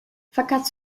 fakat